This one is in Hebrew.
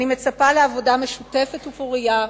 אני מצפה לעבודה משותפת ופורייה,